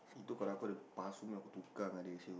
itu kalau aku ada pasu punya aku tukar dengan dia [siol]